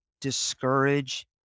discourage